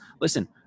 listen